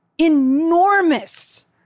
enormous